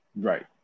Right